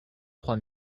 trois